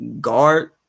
guard